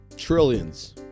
trillions